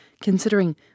considering